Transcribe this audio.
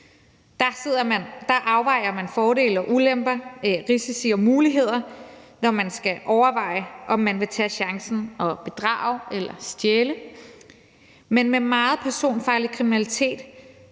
Der afvejer man fordele og ulemper, risici og muligheder, når man skal overveje, om man vil tage chancen og bedrage eller stjæle. Men meget personfarlig kriminalitet